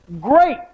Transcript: great